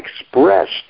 expressed